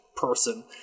person